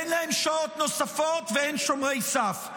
אין להם שעות נוספות ואין שומרי סף,